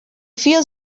feels